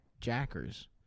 jackers